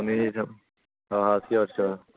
আপুনি অঁ চিয়'ৰ চিয়'ৰ